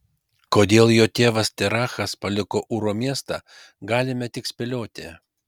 kodėl jo tėvas terachas paliko ūro miestą galime tik spėlioti